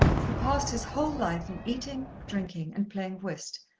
who passed his whole life in eating, drinking, and playing whist,